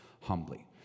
humbly